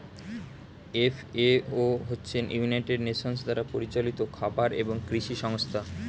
FAO হচ্ছে United Nations দ্বারা পরিচালিত খাবার এবং কৃষি সংস্থা